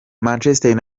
manchester